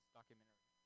documentary